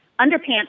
Underpants